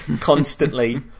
constantly